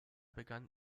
begann